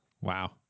Wow